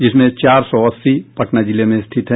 जिसमें से चार सौ अस्सी पटना जिला में स्थित हैं